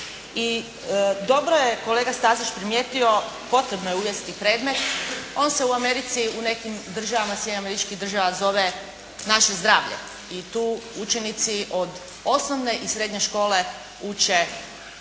I dobro je kolega Stazić primijetio, potrebno je uvesti predmet, on se u Americi u nekim državama, Sjedinjenim Američkim Državama zove "Naše zdravlje", i tu učenici od osnovne i srednje škole uče o